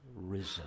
risen